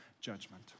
judgment